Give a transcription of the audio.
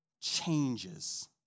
changes